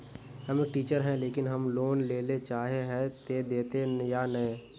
हम एक टीचर है लेकिन हम लोन लेले चाहे है ते देते या नय?